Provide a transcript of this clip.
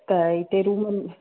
त हिते रूम